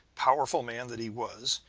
powerful man that he was,